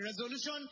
resolution